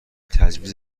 تجویز